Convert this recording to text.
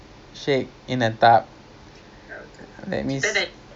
oh dia bukan segway dia bipedal bicycle for one hour